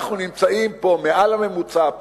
אנחנו נמצאים פה מעל הממוצע,